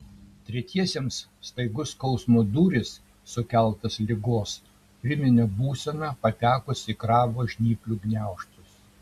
tretiesiems staigus skausmo dūris sukeltas ligos priminė būseną patekus į krabo žnyplių gniaužtus